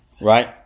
right